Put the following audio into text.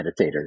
meditators